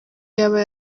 yaba